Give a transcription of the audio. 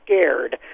scared